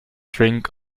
drink